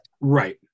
right